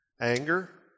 anger